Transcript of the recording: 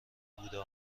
بوده